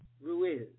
Ruiz